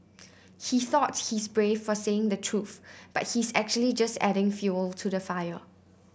she thought she's brave for saying the truth but he's actually just adding fuel to the fire